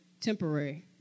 temporary